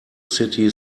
city